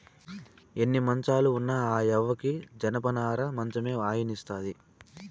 ఎన్ని మంచాలు ఉన్న ఆ యవ్వకి జనపనార మంచమే హాయినిస్తాది